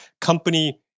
company